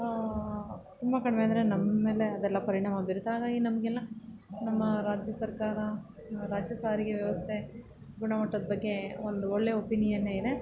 ತುಂಬ ಕಡಿಮೆ ಅಂದರೆ ನಮ್ಮೇಲೆ ಅದೆಲ್ಲ ಪರಿಣಾಮ ಬೀರುತ್ತೆ ಹಾಗಾಗಿ ನಮಗೆಲ್ಲ ನಮ್ಮ ರಾಜ್ಯ ಸರ್ಕಾರ ರಾಜ್ಯ ಸಾರಿಗೆ ವ್ಯವಸ್ಥೆ ಗುಣಮಟ್ಟದ ಬಗ್ಗೆ ಒಂದು ಒಳ್ಳೆ ಒಪಿನಿಯನ್ನೆ ಇದೆ